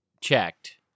checked